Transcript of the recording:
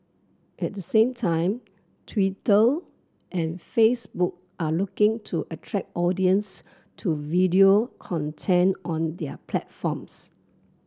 at the same time Twitter and Facebook are looking to attract audience to video content on their platforms